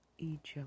Egypt